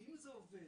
אם זה עובד,